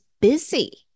busy